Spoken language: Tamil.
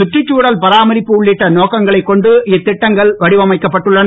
சுற்றுச்தழல் பராமரிப்பு உள்ளிட்ட நோக்கங்களைக் கொண்டு இத்திட்டங்கள் வடிவமைக்கப் பட்டுள்ளன